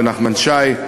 נחמן שי,